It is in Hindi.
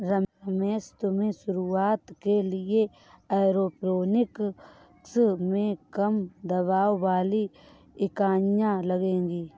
रमेश तुम्हें शुरुआत के लिए एरोपोनिक्स में कम दबाव वाली इकाइयां लगेगी